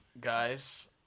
Guys